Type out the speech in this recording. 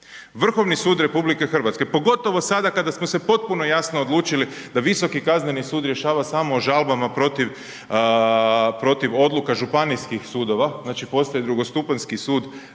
Vrhovni sud RH pogotovo sada kada smo se potpuno jasno odlučili da Visoki kazneni sud rješava samo o žalbama protiv odluka županijskih sudova, znači postoji drugostupanjski sud samo